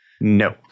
No